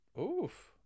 Oof